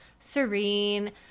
serene